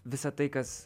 visa tai kas